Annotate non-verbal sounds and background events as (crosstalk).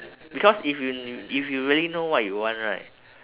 because if you (noise) if you really know what you want right